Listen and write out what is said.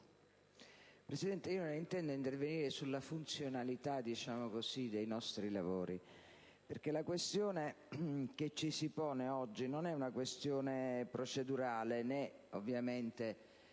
Presidente, non intendo intervenire sulla funzionalità dei nostri lavori perché la questione che ci si pone oggi non è procedurale, né alcuno, ovviamente,